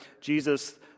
Jesus